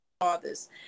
fathers